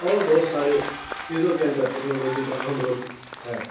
اور بہت سارے چیزوں کے اندر ٹیکنالوجی کا اہم رول ہے